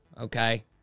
Okay